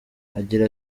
agira